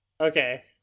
okay